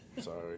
Sorry